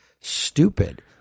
stupid